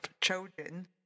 children